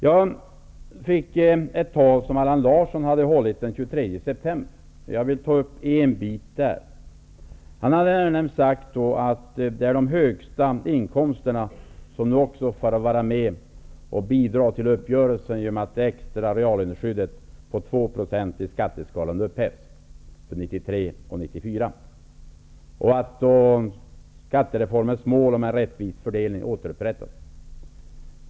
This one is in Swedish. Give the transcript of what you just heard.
Jag läste ett tal som Allan Larsson hade hållit den 23 september. Jag vill ta upp en sak som han sade där, nämligen att de med de högsta inkomsterna nu också får vara med och bidra till uppgörelsen genom att det extra reallöneskyddet på 2 % i skatteskalan upphävs för 1993 och 1994. I och med det återupprättas skattereformens mål om en rättvis fördelning.